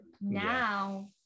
now